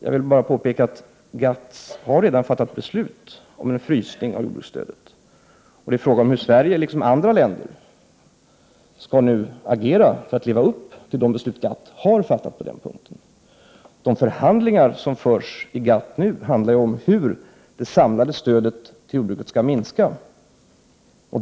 Jag vill bara påminna om att GATT redan har fattat beslut om en frysning av jordbruksstödet. Det är fråga om hur Sverige, liksom övriga länder, nu skall agera för att fullfölja detta beslut. De förhandlingar som nu förs inom GATT handlar ju om hur det samlade stödet till jordbruket skall minska.